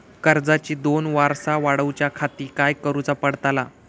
कर्जाची दोन वर्सा वाढवच्याखाती काय करुचा पडताला?